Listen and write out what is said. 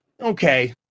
okay